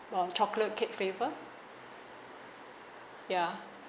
uh chocolate cake flavour ya